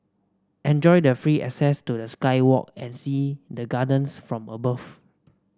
enjoy the free access to the sky walk and see the gardens from above